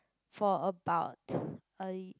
for about a ye~